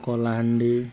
Kalahandi